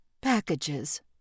Packages